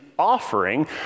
offering